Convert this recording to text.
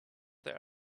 there